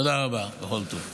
תודה רבה וכל טוב.